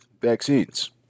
vaccines